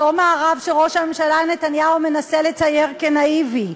אותו מערב שראש הממשלה נתניהו מנסה לצייר כנאיבי,